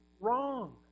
wrong